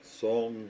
Songs